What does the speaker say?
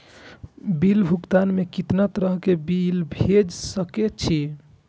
Bill भुगतान में कितना तरह के बिल भेज सके छी?